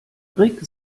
rick